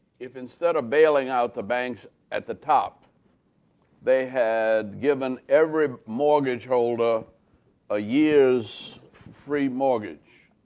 if instead of bailing out the banks at the top they had given every mortgage holder a year's free mortgage,